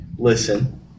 listen